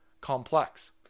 complex